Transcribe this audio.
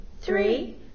three